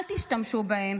אל תשתמשו בהם.